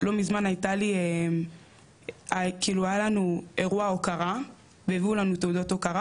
לא מזמן היה לנו אירוע הוקרה והביאו לנו תעודות הוקרה